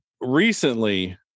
recently